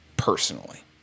personally